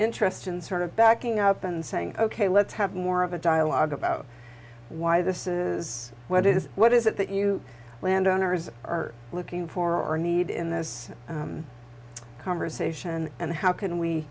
interest in sort of backing up and saying ok let's have more of a dialogue about why this is what it is what is it that you landowners are looking for a need in this conversation and how can